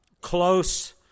close